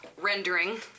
rendering